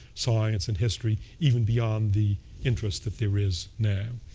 science, and history, even beyond the interest that there is now.